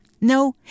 No